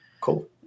Cool